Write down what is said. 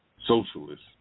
socialist